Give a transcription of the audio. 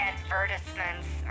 advertisements